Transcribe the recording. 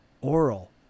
Oral